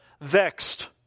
vexed